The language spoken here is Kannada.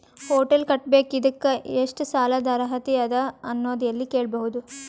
ಹೊಟೆಲ್ ಕಟ್ಟಬೇಕು ಇದಕ್ಕ ಎಷ್ಟ ಸಾಲಾದ ಅರ್ಹತಿ ಅದ ಅನ್ನೋದು ಎಲ್ಲಿ ಕೇಳಬಹುದು?